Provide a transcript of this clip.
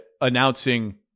announcing